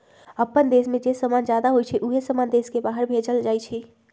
अप्पन देश में जे समान जादा होई छई उहे समान देश के बाहर भेजल जाई छई